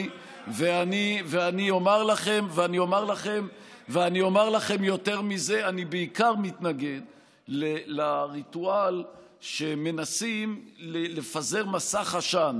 ואני אומר לכם יותר מזה: אני בעיקר מתנגד לריטואל שמנסים לפזר מסך עשן.